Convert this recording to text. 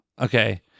Okay